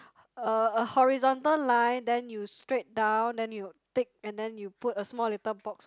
a a horizontal line then you straight down then you tick and then you put a small little box